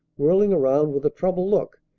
whirling around with a troubled look.